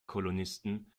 kolonisten